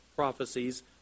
prophecies